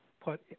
put